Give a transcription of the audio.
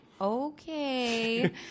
okay